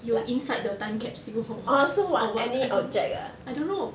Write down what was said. you inside the time capsule or what or what I don't know I don't know